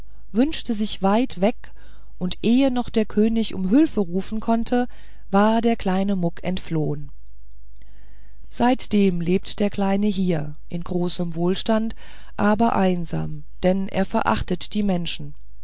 wünschte sich weit hinweg und ehe noch der könig um hülfe rufen konnte war der kleine muck entflohen seitdem lebt der kleine hier in großem wohlstand aber einsam denn er verachtet die menschen